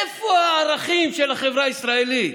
איפה הערכים של החברה הישראלית?